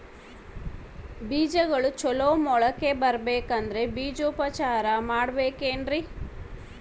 ಬೇಜಗಳು ಚಲೋ ಮೊಳಕೆ ಬರಬೇಕಂದ್ರೆ ಬೇಜೋಪಚಾರ ಮಾಡಲೆಬೇಕೆನ್ರಿ?